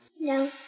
No